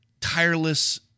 tireless